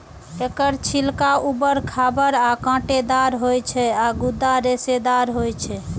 एकर छिलका उबर खाबड़ आ कांटेदार होइ छै आ गूदा रेशेदार होइ छै